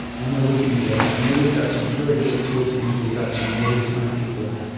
i know we can do better. i know we've got some really great tool teams. we've got some really smart people.